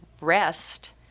rest